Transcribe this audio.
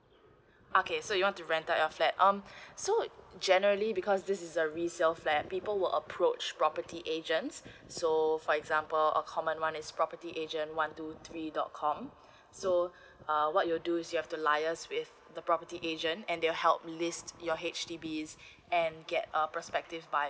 okay so you want to rent out your flat um so generally because this is a resale flat people will approach property agents so for example a common one is property agent one two three dot com so uh what you do is you have to liaise with the property agent and they'll help list your H_D_B is and get a perspective buyer